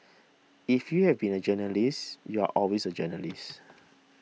if you have been a journalist you're always a journalist